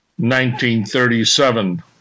1937